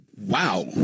Wow